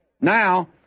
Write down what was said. Now